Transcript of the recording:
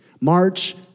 March